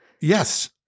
Yes